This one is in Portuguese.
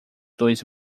dois